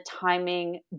timing